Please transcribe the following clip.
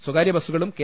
സ്വകാ ര്യബസുകളും കെ